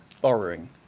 borrowing